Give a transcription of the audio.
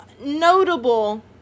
notable